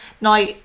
Now